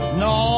no